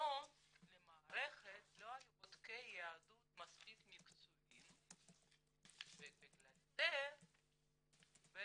שבזמנו למערכת לא היו בודקי יהדות מספיק מקצועיים ובגלל זה בעצם